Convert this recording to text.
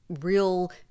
real